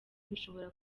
bishobora